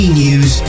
news